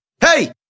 Hey